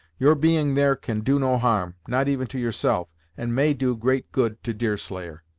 your being there can do no harm, not even to yourself, and may do great good to deerslayer.